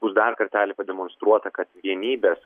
bus dar kartelį pademonstruota kad vienybės